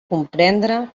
comprendre